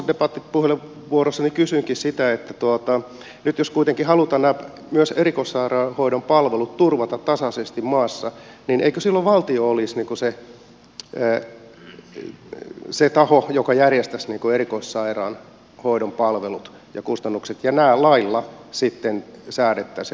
tuossa omassa debattipuheenvuorossani kysyinkin sitä että nyt jos kuitenkin halutaan myös nämä erikoissairaanhoidon palvelut turvata tasaisesti maassa niin eikö silloin valtio olisi se taho joka järjestäisi erikoissairaanhoidon palvelut ja kustannukset ja lailla sitten säädettäisiin kuinka ne järjestetään